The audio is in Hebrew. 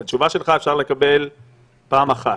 את התשובה הזאת שלך אפשר לקבל פעם אחת.